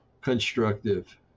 constructive